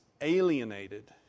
alienated